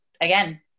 again